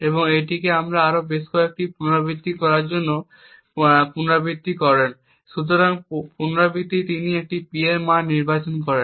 এখন তিনি এটিকে আরও বেশ কয়েকটি পুনরাবৃত্তির জন্য পুনরাবৃত্তি করেন প্রতিটি পুনরাবৃত্তিতে তিনি একটি P মান নির্বাচন করেন